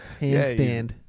handstand